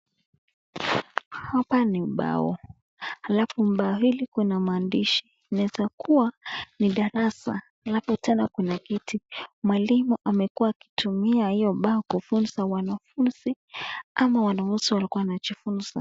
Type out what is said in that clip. Hapa ni mbao, halafu mbao hii ina maandishi, inaeza kuwa ni darasa. Halafu tena kuna kiti. Mwalimu amekua akitumia hiyo mbao kufunza wanafunzi ama wanafunzi walikuwa wanajifunza.